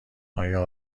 آیا